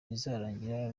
bizarangira